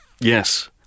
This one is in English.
Yes